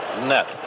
net